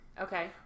Okay